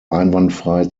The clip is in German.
einwandfrei